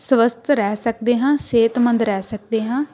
ਸਵਸਥ ਰਹਿ ਸਕਦੇ ਹਾਂ ਸਿਹਤਮੰਦ ਰਹਿ ਸਕਦੇ ਹਾਂ